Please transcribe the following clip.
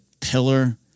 pillar